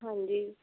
ਹਾਂਜੀ